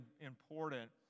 important